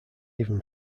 even